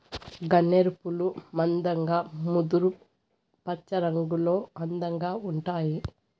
గన్నేరు పూలు మందంగా ముదురు పచ్చరంగులో అందంగా ఉంటాయి